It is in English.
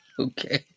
Okay